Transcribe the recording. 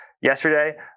yesterday